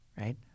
right